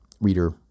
reader